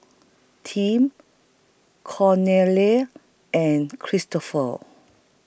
Tim Cornelia and Kristoffer